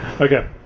Okay